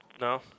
No